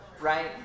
Right